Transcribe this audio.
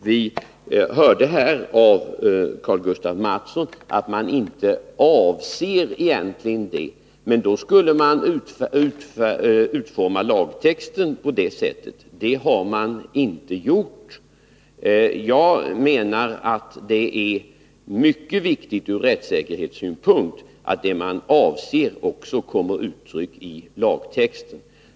Vi hörde här av Karl-Gustaf Mathsson att det egentligen inte är detta socialdemokraterna avser, men då borde de ha utformat lagtexten på ett annat sätt. Jag menar att det är mycket viktigt ur rättssäkerhetssynpunkt att det man avser också kommer till uttryck i lagtexten.